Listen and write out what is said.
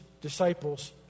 disciples